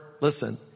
listen